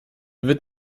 wird